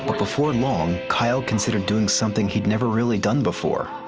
but before long, kyle considered doing something he had never really done before.